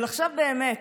אבל עכשיו באמת,